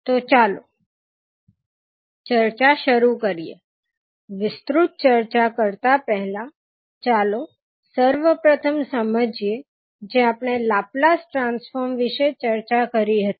તો ચાલો ચર્ચા શરુ કરીએ વિસ્તૃત ચર્ચા કરતા પહેલા ચાલો સર્વપ્રથમ સમજીએ જે આપણે લાપ્લાસ ટ્રાન્સફોર્મ વિશે ચર્ચા કરી હતી